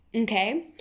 Okay